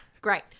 Great